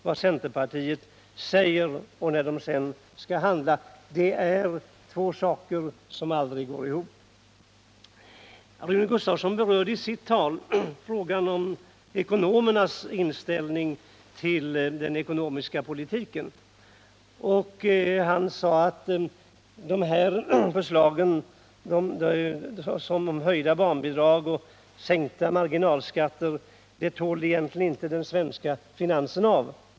Vad centerpartiet säger och hur det handlar är två olika saker som aldrig går ihop. Rune Gustavsson berörde i sitt tal också frågan om ekonomernas inställning till den ekonomiska politiken. Han sade att Sveriges finanser egentligen inte tål att man realiserar sådana förslag som höjda barnbidrag och sänkta marginalskatter.